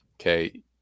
okay